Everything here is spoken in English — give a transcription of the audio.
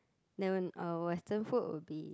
never uh Western food will be